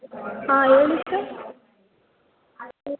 ಹಾಂ ಹೇಳಿ sir hello